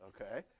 okay